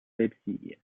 leipzig